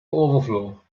overflow